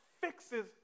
fixes